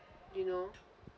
you know